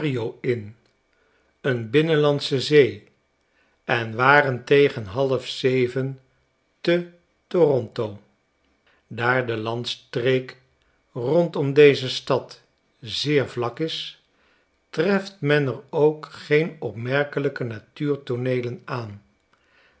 in een binnenlandsche zee en waren tegen halfzeven te toronto daar de landstreek rondom deze stad zeer vlak is treft men er ook geen opraerkelijke natuurtooneelen aan